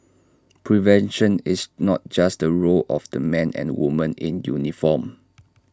prevention is not just the role of the men and women in uniform